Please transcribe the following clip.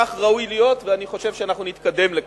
כך ראוי להיות, ואני חושב שאנחנו נתקדם לכך.